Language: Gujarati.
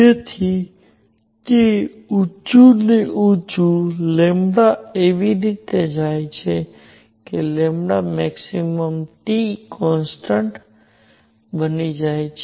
જેથી તે ઉચ્ચું અને ઉચ્ચું એવી રીતે જાય છે કે max T કોન્સટન્ટ બની જાય છે